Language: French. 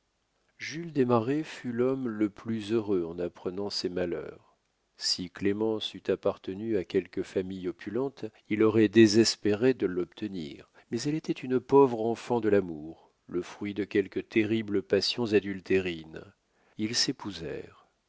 jules desmarets fut l'homme le plus heureux en apprenant ces malheurs si clémence eût appartenu à quelque famille opulente il aurait désespéré de l'obtenir mais elle était une pauvre enfant de l'amour le fruit de quelque terrible passion